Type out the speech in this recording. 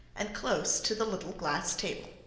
and close to the little glass table.